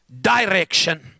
direction